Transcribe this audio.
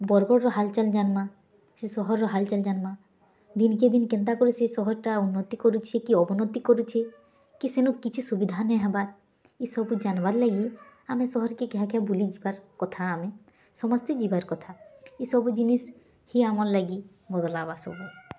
ବରଗଡ଼୍ର ହାଲ୍ଚାଲ୍ ଯାନ୍ମା ସେ ସହର୍ର ହାଲ୍ଚାଲ୍ ଯାନ୍ମା ଦିନ୍କେ ଦିନ୍ କେନ୍ତା କରି ସେ ସହର୍ଟା ଉନ୍ନତି କରୁଚିକି କି ଅବନ୍ନତି କରୁଚି କି ସେନୁ କିଛି ସୁବିଧା ନାଇ ହେବା ଇ ସବୁ ଯାନ୍ବାର୍ ଲାଗି ଆମେ ସହର୍କେ ଘାଏ ଘାଏ ବୁଲି ଯିବାର୍ କଥା ଆମେ ସମସ୍ତେ ଯିବାର୍ କଥା ଇ ସବୁ ଜିନିଷ୍ ହି ଆମର୍ ଲାଗି ବଦ୍ଲାବା ସବୁ